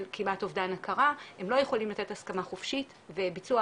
כמעט אובדן הכרה הם לא יכולים לתת הסכמה חופשית וביצוע